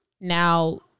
now